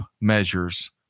measures